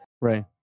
Right